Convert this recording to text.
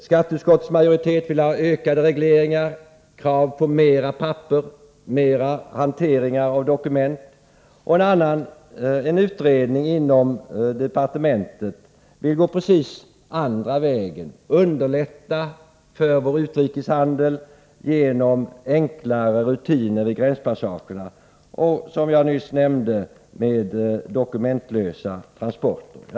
Skatteutskottets majoritet vill ha en utökning av regleringarna, ställer krav på mera papper och en mera omfattande hantering av dokument. Samtidigt vill en utredning inom departementet gå i rakt motsatt riktning och genom enklare rutiner vid gränspassagerna och, som jag nyss nämnde, med dokumentlösa transporter underlätta vår utrikeshandel.